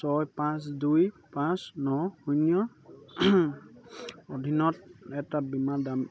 ছয় পাঁচ দুই পাঁচ ন শূন্যৰ অধীনত এটা বীমা দাম